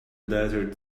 desert